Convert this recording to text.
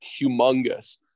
humongous